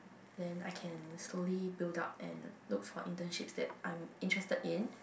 then I can slowly build up and look for internships that I'm interested in